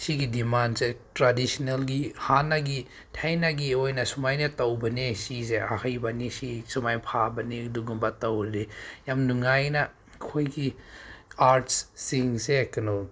ꯁꯤꯒꯤ ꯗꯤꯃꯥꯟꯁꯦ ꯇ꯭ꯔꯦꯗꯤꯁꯟꯅꯦꯜꯒꯤ ꯍꯥꯟꯅꯒꯤ ꯊꯥꯏꯅꯒꯤ ꯑꯣꯏꯅ ꯁꯨꯃꯥꯏꯅ ꯇꯧꯕꯅꯦ ꯁꯤꯁꯦ ꯑꯍꯩꯕꯅꯤ ꯁꯤ ꯁꯨꯃꯥꯏꯅ ꯐꯥꯕꯅꯤ ꯑꯗꯨꯒꯨꯝꯕ ꯇꯧꯔꯗꯤ ꯌꯥꯝ ꯅꯨꯡꯉꯥꯏꯅ ꯑꯩꯈꯣꯏꯒꯤ ꯑꯥꯔꯠꯁ ꯁꯤꯡꯁꯦ ꯀꯩꯅꯣ